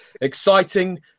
exciting